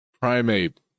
primate